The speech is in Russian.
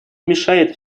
мешает